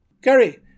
Gary